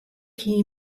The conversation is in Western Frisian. hie